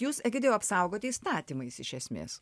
jūs egidijau apsaugoti įstatymais iš esmės